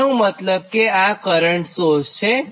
તેનો મતલબ કે આ કરંટ સોર્સ છે